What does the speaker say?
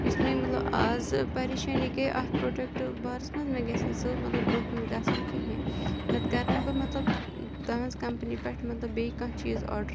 یُس مےٚ مطلب آزٕ پریشٲنی گٔے اَتھ پرٛوڈَکٹہٕ بارَس منٛز مےٚ گژھِ نہٕ سُہ مطلب بروںٛہہ کُن گژھُن کِہیٖنۍ نَتہٕ کَرٕ نہٕ بہٕ مطلب تُہٕنٛز کَمپٔنی پٮ۪ٹھ مطلب بیٚیہِ کانٛہہ چیٖز آرڈَر